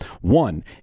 One